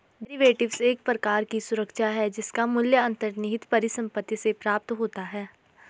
derivatives एक प्रकार की सुरक्षा है जिसका मूल्य अंतर्निहित परिसंपत्ति से प्राप्त होता है